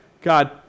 God